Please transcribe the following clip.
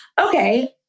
Okay